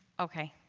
ok